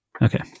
Okay